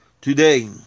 today